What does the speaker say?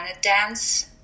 dance